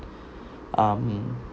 um